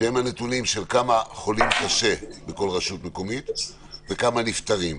כמה חולים קשה בכל רשות מקומית וכמה נפטרים.